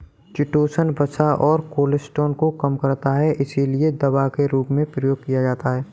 chitosan वसा और cholesterol को कम करता है और इसीलिए दवा के रूप में प्रयोग किया जाता है